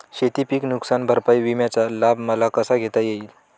शेतीपीक नुकसान भरपाई विम्याचा लाभ मला कसा घेता येईल?